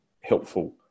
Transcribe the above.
helpful